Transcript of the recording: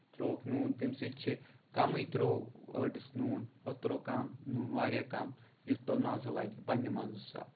تراووُکھ نوٗن تَمہِ سۭتۍ چھِ کَمٕے تراوو ٲٹِس نوٗن پَتہٕ تراوو کم نوٗن کَم واریاہ کَم یُتھ پَتہٕ مَزٕ لگہِ پَنٕنۍ نہِ مَزٕ حِساب